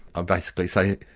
ah basically say,